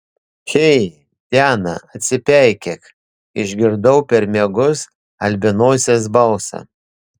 hei diana atsipeikėk išgirdau per miegus albinosės balsą